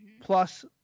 plus